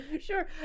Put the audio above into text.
sure